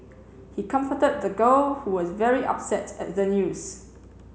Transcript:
he comforted the girl who was very upset at the news